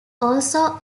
also